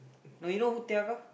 no you know who Tiaga